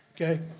okay